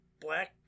black